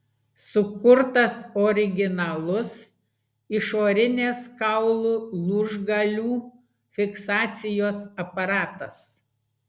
sukurtas originalus išorinės kaulų lūžgalių fiksacijos aparatas